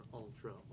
ultra